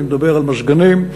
אני מדבר על מזגנים,